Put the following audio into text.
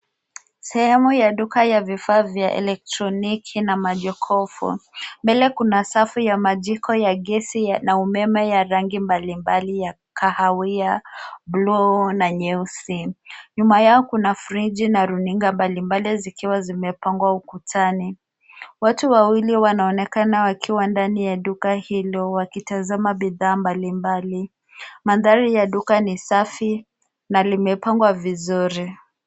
Sehemu ya duka la vifaa vya elektroniki na majokofu. Mbele, kuna safu ya majiko ya gesi na umeme yenye rangi mbalimbali kama kahawia, buluu na nyeusi. Nyuma yake, kuna friji na runinga mbalimbali zilizopangwa ukutani. Watu wawili wanaonekana wakiwa ndani ya duka hilo, wakitazama bidhaa mbalimbali. Mandhari ya duka ni safi na limepangwa vizuri.